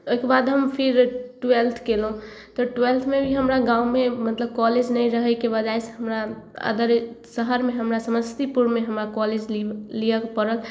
ओहिके बाद हम फिर ट्वेल्थ कएलहुँ तऽ ट्वेल्थमे भी हमरा गाममे मतलब कॉलेज नहि रहैके वजहसँ हमरा अदर शहरमे हमरा समस्तीपुरमे हमरा कॉलेज लि लिअऽके पड़ल